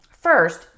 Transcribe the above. First